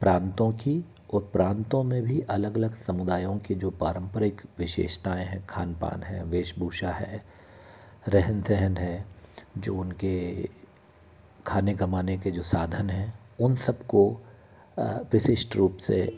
प्रांतों की और प्रांतों में भी अलग अलग समुदायों के जो पारंपरिक विशेषताएँ है खान पान है वेशभूषा है रहन सहन है जो उनके खाने कमाने के जो साधन है उन सबको विशिष्ट रूप से